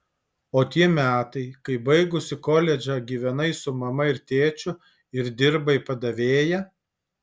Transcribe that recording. o tie metai kai baigusi koledžą gyvenai su mama ir tėčiu ir dirbai padavėja